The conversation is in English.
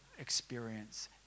experience